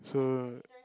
so